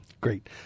Great